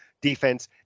defense